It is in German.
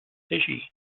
regie